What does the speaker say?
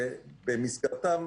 שבמסגרתן,